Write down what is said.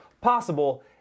possible